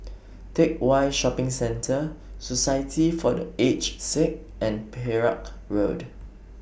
Teck Whye Shopping Centre Society For The Aged Sick and Perak Road